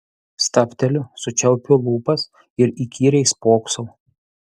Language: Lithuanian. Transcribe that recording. stabteliu sučiaupiu lūpas ir įkyriai spoksau